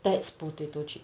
that's potato chip